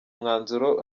mwanzuro